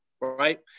right